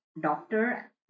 doctor